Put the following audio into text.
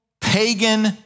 pagan